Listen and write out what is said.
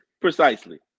Precisely